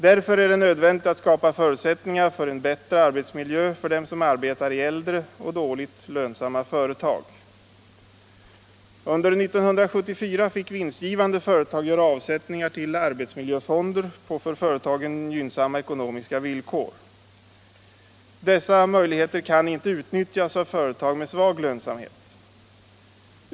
Därför är det nödvändigt att skapa förutsättningar för en bättre arbetsmiljö, även för dem som arbetar i äldre och dåligt lönsamma företag. Under år 1974 fick vinstgivande företag göra avsättningar till arbetsmiljöfonder på för företagen gynnsamma ekonomiska villkor. Dessa möjligheter kan inte utnyttjas av företag med svag lönsamhet.